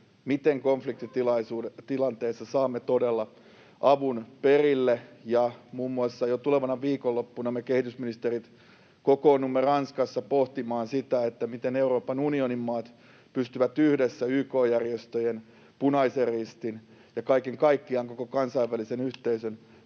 miten konfliktitilanteessa saamme todella avun perille. Muun muassa jo tulevana viikonloppuna me kehitysministerit kokoonnumme Ranskassa pohtimaan sitä, miten Euroopan unionin maat pystyvät yhdessä YK-järjestöjen, Punaisen Ristin ja kaiken kaikkiaan koko kansainvälisen yhteisön